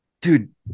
dude